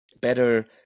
better